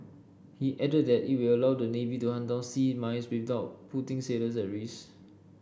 he added that it will allow the navy to hunt down sea mines without putting sailors at risk